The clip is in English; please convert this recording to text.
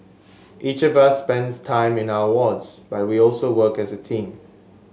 each of us spends time in our wards but we also work as a team